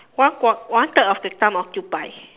one quarter one third of the thumb occupy